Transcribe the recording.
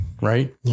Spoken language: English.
Right